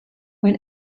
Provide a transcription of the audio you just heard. when